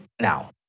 now